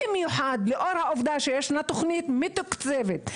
במיוחד לאור העובדה שישנה תוכנית מתוקצבת,